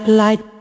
light